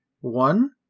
one